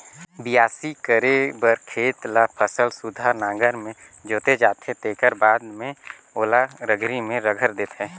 बियासी करे बर खेत ल फसल सुद्धा नांगर में जोते जाथे तेखर बाद में ओला रघरी में रघर देथे